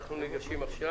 אנחנו נגשים עכשיו?